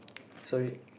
sorry